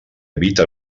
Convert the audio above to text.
evita